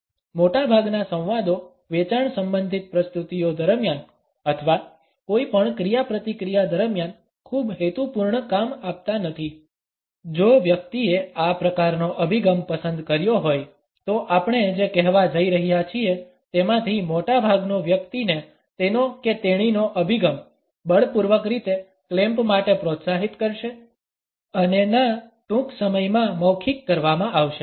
મોટાભાગના સંવાદો વેચાણ સંબંધિત પ્રસ્તુતિઓ દરમિયાન અથવા કોઈપણ ક્રિયાપ્રતિક્રિયા દરમિયાન ખૂબ હેતુપૂર્ણ કામ આપતા નથી જો વ્યક્તિએ આ પ્રકારનો અભિગમ પસંદ કર્યો હોય તો આપણે જે કહેવા જઈ રહ્યા છીએ તેમાંથી મોટા ભાગનું વ્યક્તિને તેનો કે તેણીનો અભિગમ બળપૂર્વક રીતે ક્લેમ્પ માટે પ્રોત્સાહિત કરશે અને ના ટૂંક સમયમાં મૌખિક કરવામાં આવશે